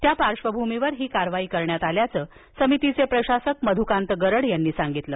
त्या पार्श्वभूमीवर ही कारवाई करण्यात आल्याचं समितीपे प्रशासक मध्कांत गरड यांनी सांगितलं